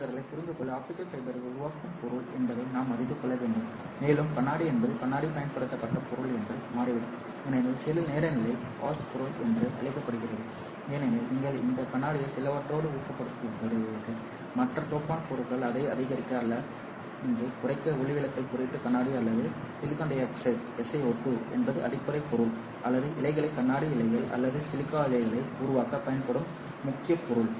பொருள் சிதறலைப் புரிந்து கொள்ள ஆப்டிகல் ஃபைபரை உருவாக்கும் பொருள் என்ன என்பதை நாம் அறிந்து கொள்ள வேண்டும் மேலும் கண்ணாடி என்பது கண்ணாடி பயன்படுத்தப்பட்ட பொருள் என்று மாறிவிடும் ஏனெனில் சில நேரங்களில் ஹோஸ்ட் பொருள் என்று அழைக்கப்படுகிறது ஏனெனில் நீங்கள் இந்த கண்ணாடியை சிலவற்றோடு ஊக்கப்படுத்துவீர்கள் மற்ற டோபன்ட் பொருட்கள் அதை அதிகரிக்க அல்லது குறைக்க ஒளிவிலகல் குறியீட்டு கண்ணாடி அல்லது சிலிக்கான் டை ஆக்சைடு SiO2 என்பது அடிப்படை பொருள் அல்லது இழைகளை கண்ணாடி இழைகள் அல்லது சிலிக்கா இழைகளை உருவாக்க பயன்படும் முக்கிய பொருள்